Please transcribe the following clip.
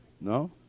No